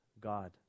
God